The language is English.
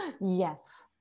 yes